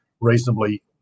reasonably